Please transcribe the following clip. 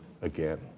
again